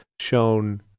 shown